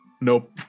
nope